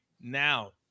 now